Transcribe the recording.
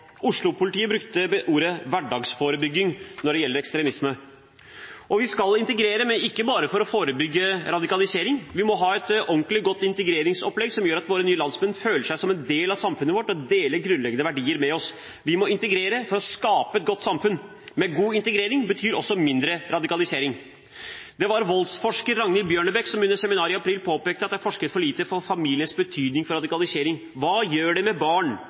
brukte ordet «hverdagsforebygging» når det gjelder ekstremisme. Vi skal integrere, men ikke bare for å forebygge radikalisering, vi må ha et ordentlig godt integreringsopplegg som gjør at våre nye landsmenn føler seg som en del av samfunnet vårt og deler grunnleggende verdier med oss. Vi må integrere for å skape et godt samfunn, men god integrering betyr også mindre radikalisering. Det var voldsforsker Ragnhild Bjørnebekk som under seminaret i april påpekte at det er forsket for lite på familiens betydning for radikalisering: Hva gjør det med barn